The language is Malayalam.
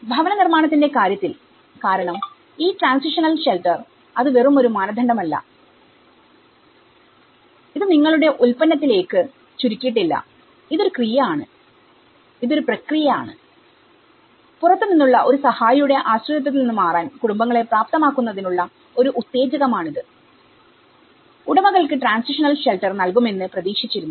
ഭവന പുനർനിർമ്മാണത്തിന്റെ കാര്യത്തിൽ കാരണം ഈ ട്രാൻസിഷണൽ ഷെൽട്ടർ ഇത് വെറുമൊരു മാനദണ്ഡം അല്ല ഇത് നിങ്ങളുടെ ഉൽപ്പന്നത്തിലേക്ക് ചുരുക്കിയിട്ടില്ലഇതൊരു ക്രിയ ആണ് ഇതൊരു പ്രക്രിയ ആണ്പുറത്തു നിന്നുള്ള ഒരു സഹായിയുടെ ആശ്രിതത്വത്തിൽ നിന്ന് മാറാൻ കുടുംബങ്ങളെ പ്രാപ്തമാക്കുന്നതിനുള്ള ഒരു ഉത്തേജകമാണിത്ഉടമകൾക്ക് ട്രാൻസിഷണൽ ഷെൽട്ടർനൽകുമെന്ന് പ്രതീക്ഷിച്ചിരുന്നു